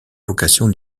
vocation